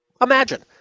Imagine